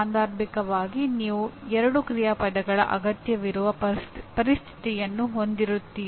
ಸಾಂದರ್ಭಿಕವಾಗಿ ನೀವು ಎರಡು ಕ್ರಿಯಾಪದಗಳ ಅಗತ್ಯವಿರುವ ಪರಿಸ್ಥಿತಿಯನ್ನು ಹೊಂದಿರುತ್ತೀರಿ